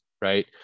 Right